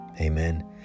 Amen